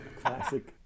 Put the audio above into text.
Classic